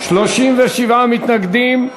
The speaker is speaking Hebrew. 37 מתנגדים,